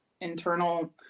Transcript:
internal